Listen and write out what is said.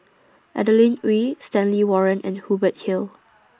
Adeline Ooi Stanley Warren and Hubert Hill